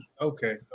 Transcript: okay